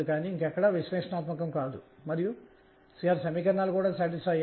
మరియు ఇది mr2sin2z గా వస్తుంది